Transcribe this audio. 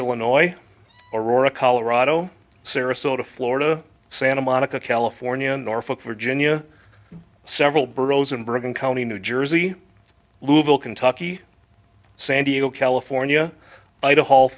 illinois aurora colorado sarasota florida santa monica california norfolk virginia several boroughs in bergen county new jersey louisville kentucky san diego california idaho